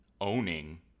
owning